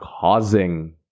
causing